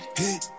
hit